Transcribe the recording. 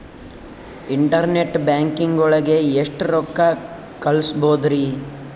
Internet banking ಒಳಗೆ ಎಷ್ಟ್ ರೊಕ್ಕ ಕಲ್ಸ್ಬೋದ್ ರಿ?